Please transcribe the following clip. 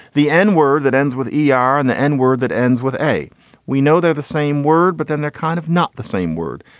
the n word that ends with e r and the n word that ends with a we know they're the same word, but then they're kind of not the same word.